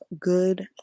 good